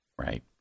Right